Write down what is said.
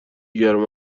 گرم